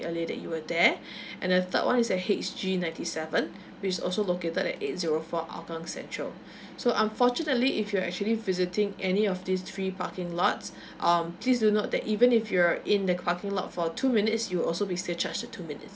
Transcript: your latered you were there and the third one is a H G ninety seven which is also located at eight zero four hougang central so unfortunately if you're actually visiting any of these free parking lots um please do note that even if you're in the parking lot for two minutes you'll also be still charge two minutes